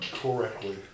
correctly